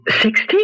Sixty